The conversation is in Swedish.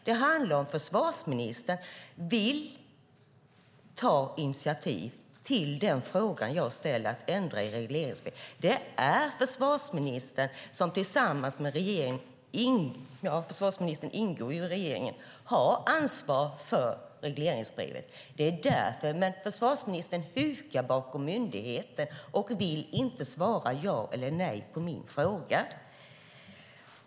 Det handlar om huruvida försvarsministern vill ta initiativ till det som jag frågar om, nämligen att ändra i regleringsbrevet. Det är försvarsministern som tillsammans med den övriga regeringen har ansvar för regleringsbrevet. Men försvarsministern hukar bakom myndigheten och vill inte svara ja eller nej på min fråga.